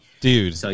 Dude